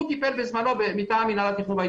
הוא טיפל בזה מטעם מנהל התכנון.